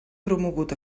promogut